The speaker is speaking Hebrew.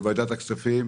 בוועדת הכספים,